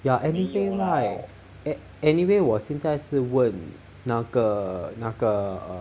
you are anything right eh anyway 我现在是问那个那个